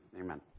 Amen